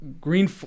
green